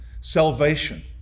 salvation